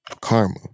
Karma